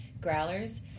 Growlers